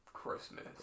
christmas